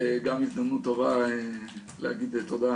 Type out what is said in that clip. גם הזדמנות טובה להגיד תודה,